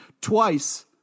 twice